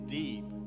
deep